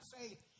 faith